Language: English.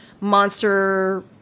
Monster